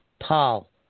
Paul